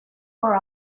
were